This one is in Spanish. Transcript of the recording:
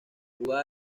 jugaba